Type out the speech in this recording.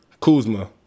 Kuzma